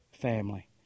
family